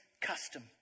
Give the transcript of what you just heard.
custom